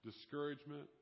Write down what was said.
discouragement